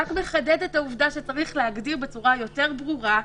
רק מחדדת את העובדה שצריך להגדיר בצורה יותר ברורה,